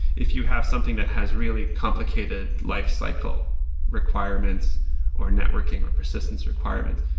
if you have something that has really complicated lifecycle requirements or networking or persistence requirements,